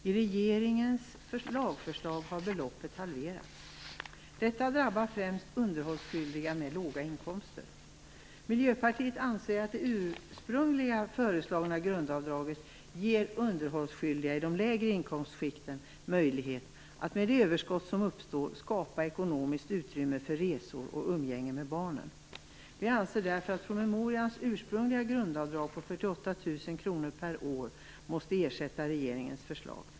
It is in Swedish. I regeringens lagförslag har beloppet halverats. Detta drabbar främst underhållsskyldiga med låga inkomster. Miljöpartiet anser att det ursprungligen föreslagna grundavdraget ger underhållsskyldiga i de lägre inkomstskikten möjlighet att med det överskott som uppstår skapa ekonomiskt utrymme för resor och umgänge med barnen. Vi anser därför att promemorians ursprungliga grundavdrag på 48 000 kr per år måste ersätta regeringens förslag.